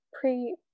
pre